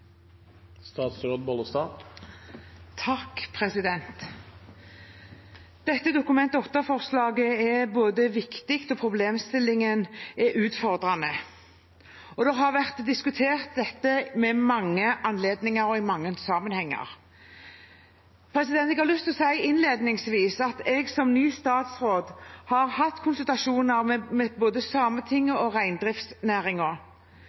viktig, og problemstillingen er utfordrende. Dette har vært diskutert ved mange anledninger og i mange sammenhenger. Jeg har innledningsvis lyst til å si at jeg, som ny statsråd, har hatt konsultasjoner med både